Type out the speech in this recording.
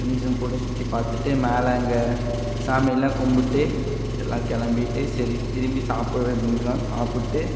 ஃப்ரெண்ஸுங்க கூட சுற்றி பார்த்துட்டு மேலே அங்கே சாமியெல்லாம் கும்பிட்டு எல்லாம் கிளம்பிட்டு சரி திரும்பி சாப்பிட வேண்டியதுலாம் சாப்பிட்டு